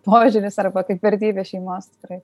požiūris arba kaip vertybė šeimos tikrai